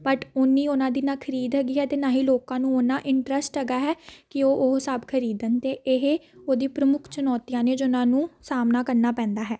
but ਉੰਨੀ ਉਹਨਾਂ ਦੀ ਨਾ ਖ਼ਰੀਦ ਹੈਗੀ ਹੈ ਅਤੇ ਨਾ ਹੀ ਲੋਕਾਂ ਨੂੰ ਉੰਨਾਂ ਇੰਟਰਸਟ ਹੈਗਾ ਹੈ ਕਿ ਉਹ ਉਹ ਸਭ ਖਰੀਦਣ ਅਤੇ ਇਹ ਉਹਦੀ ਪ੍ਰਮੁੱਖ ਚੁਣੌਤੀਆਂ ਨੇ ਜਿਹਨਾਂ ਨੂੰ ਸਾਹਮਣਾ ਕਰਨਾ ਪੈਂਦਾ ਹੈ